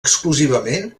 exclusivament